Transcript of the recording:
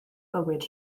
bywyd